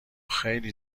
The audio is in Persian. خیلی